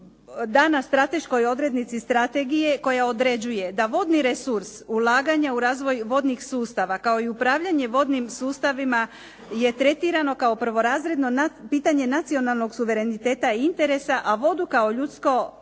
dana strateškoj odrednici strategije koja određuje da vodni resurs ulaganja u razvoj vodnih sustava kao i upravljanje vodnim sustavima je tretirano kao prvorazredno pitanje nacionalnog suvereniteta i interesa, a vodu kao ljudsko